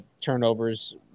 turnovers